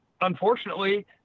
unfortunately